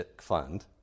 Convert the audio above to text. fund